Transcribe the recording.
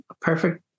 perfect